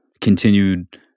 continued